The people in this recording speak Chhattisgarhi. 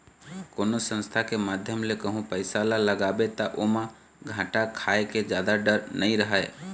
कोनो संस्था के माध्यम ले कहूँ पइसा ल लगाबे ता ओमा घाटा खाय के जादा डर नइ रहय